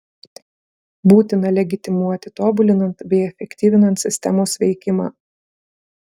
būtina legitimuoti tobulinant bei efektyvinant sistemos veikimą